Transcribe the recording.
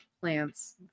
plants